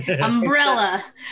Umbrella